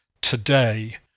today